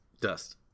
Dust